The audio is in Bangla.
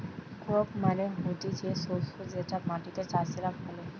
ক্রপ মানে হতিছে শস্য যেটা মাটিতে চাষীরা ফলে